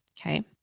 okay